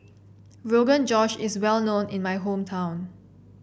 Rogan Josh is well known in my hometown